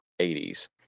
80s